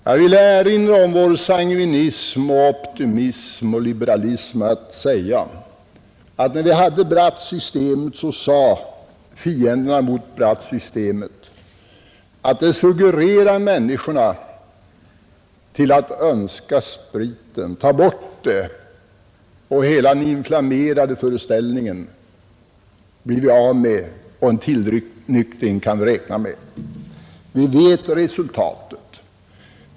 Jag vill erinra om den sangvinism, optimism och liberalism vi visade när fienderna mot Brattsystemet sade att detta suggererar människorna till att önska sig sprit — ta bort Brattsystemet, och vi blir av med hela den inflammerade föreställningen och kan räkna med en tillnyktring. Vi känner till resultatet.